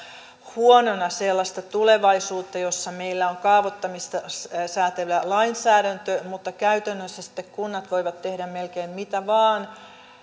huonona sellaista tulevaisuutta jossa meillä on kaavoittamista säätelevä lainsäädäntö mutta käytännössä sitten kunnat voivat tehdä melkein mitä vain